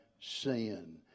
sin